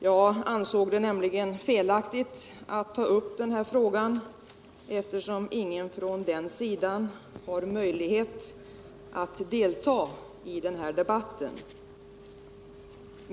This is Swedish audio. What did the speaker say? Jag ansåg det nämligen felaktigt att ta upp frågan, eftersom ingen från den sidan har möjlighet att delta i den här debatten.